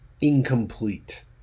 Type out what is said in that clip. incomplete